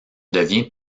devient